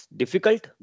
difficult